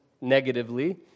negatively